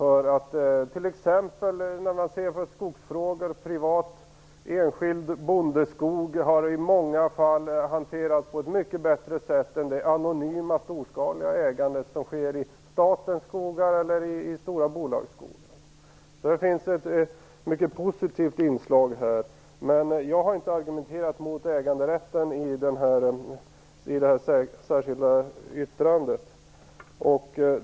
När man t.ex. ser till skogsfrågor har privat, enskild bondeskog i många fall hanterats på ett mycket bättre sätt än vad som har varit fallet när det gäller det anonyma storskaliga ägandet - i statens skogar eller i stora bolags skogar. Det är ett mycket positivt inslag. Jag har inte argumenterat mot äganderätten i det särskilda yttrandet.